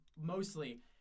mostly